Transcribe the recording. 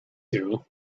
two